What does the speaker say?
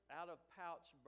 out-of-pouch